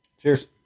Cheers